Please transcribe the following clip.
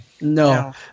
No